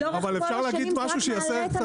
כי לאורך כל השנים זה רק מעלה,